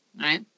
right